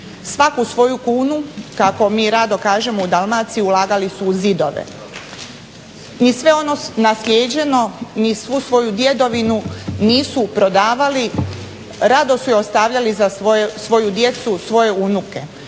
Svaku svoju kunu kako mi rado kažemo u Dalmaciji ulagali smo u zidove. Mi sve ono naslijeđeno, mi svu svoju djedovinu nisu prodavali. Rado su je ostavljali za svoju djecu, svoje unuke.